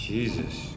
Jesus